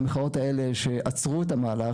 והמחאות האלה שעצרו את המהלך,